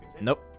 Nope